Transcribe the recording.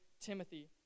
Timothy